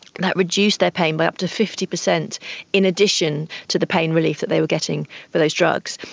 that reduced their pain by up to fifty percent in addition to the pain relief that they were getting with those drugs.